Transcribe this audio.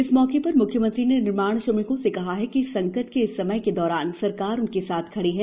इस मौके पर म्ख्यमंत्री ने निर्माण श्रमिकों से कहा कि संकट के इस समय के दौरान सरकार उनके साथ खड़ी है